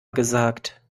gesagt